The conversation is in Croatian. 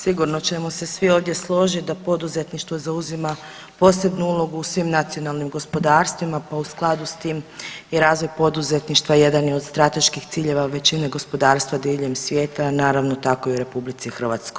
Sigurno ćemo se svi ovdje složit da poduzetništvo zauzima posebnu ulogu u svim nacionalnim gospodarstvima, pa u skladu s tim i razvoj poduzetništva jedan je od strateških ciljeva većine gospodarstva diljem svijeta, naravno tako i u RH.